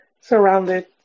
surrounded